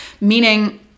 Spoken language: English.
meaning